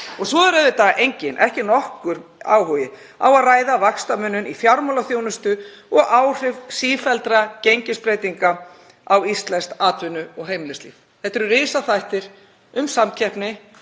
Og svo er auðvitað enginn, ekki nokkur, áhugi á að ræða vaxtamuninn í fjármálaþjónustu og áhrif sífelldra gengisbreytinga á íslenskt atvinnu- og heimilislíf. Þetta eru risaþættir í samkeppni,